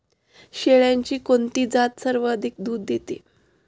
शेळ्यांची कोणती जात सर्वाधिक दूध देते?